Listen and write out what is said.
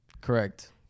Correct